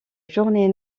journée